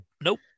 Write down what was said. nope